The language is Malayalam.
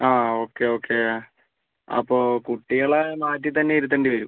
ആ ഓക്കെ ഓക്കെ അപ്പോൾ കുട്ടികള മാറ്റി തന്നെ ഇരുത്തേണ്ടി വരും